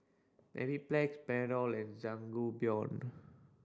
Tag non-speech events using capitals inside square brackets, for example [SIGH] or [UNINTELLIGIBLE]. Mepiplex [UNINTELLIGIBLE] and Sangobion